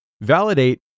Validate